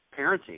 parenting